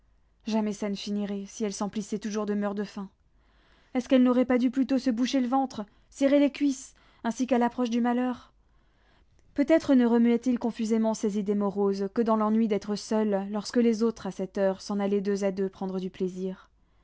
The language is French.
jamais ça ne finirait si elles s'emplissaient toujours de meurt-de-faim est-ce qu'elles n'auraient pas dû plutôt se boucher le ventre serrer les cuisses ainsi qu'à l'approche du malheur peut-être ne remuait il confusément ces idées moroses que dans l'ennui d'être seul lorsque les autres à cette heure s'en allaient deux à deux prendre du plaisir